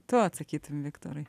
tu atsakytum viktorai